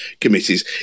committees